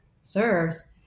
serves